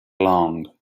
along